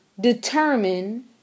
determine